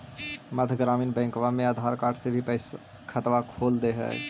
मध्य ग्रामीण बैंकवा मे आधार कार्ड से भी खतवा खोल दे है?